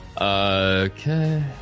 Okay